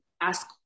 ask